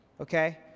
okay